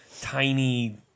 tiny